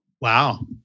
Wow